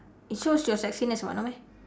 it shows your sexiness [what] no meh